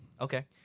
Okay